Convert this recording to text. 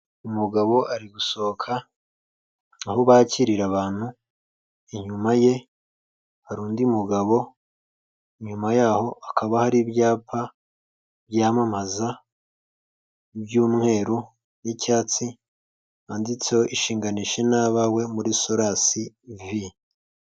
Umugabo ari gusohoka aho bakirira abantu, inyuma ye hari undi mugabo, inyuma yaho hakaba hari ibyapa byamamaza by'umweru n'icyatsi, handitseho ishinganisha n'abawe muri Solasi vi.